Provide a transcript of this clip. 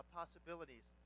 possibilities